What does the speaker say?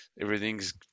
everything's